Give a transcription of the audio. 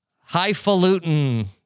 highfalutin